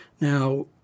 Now